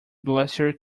glacier